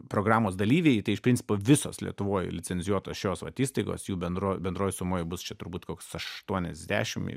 programos dalyviai tai iš principo visos lietuvoj licencijuotos šios vat įstaigos jų bendro bendroj sumoj bus čia turbūt koks aštuoniasdešimt